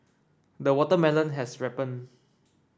the watermelon has ripened